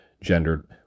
gendered